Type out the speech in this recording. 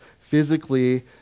Physically